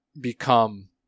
become